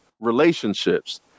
relationships